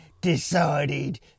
decided